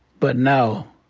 but no.